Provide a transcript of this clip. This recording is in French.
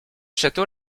château